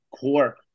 Core